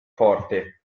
forte